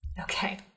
Okay